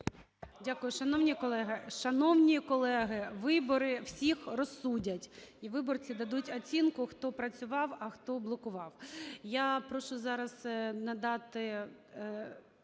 Дякую. Шановні колеги… Шановні колеги, вибори всіх розсудять і виборці дадуть оцінку, хто працював, а хто блокував.